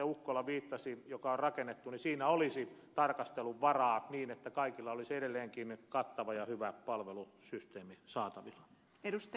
ukkola viittasi ja joka on rakennettu olisi tarkastelun varaa niin että kaikilla olisi edelleenkin kattava ja hyvä palvelusysteemi saatavilla